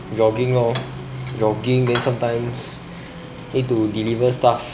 jogging lor jogging then sometimes need to deliver stuff